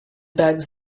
bags